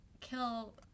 kill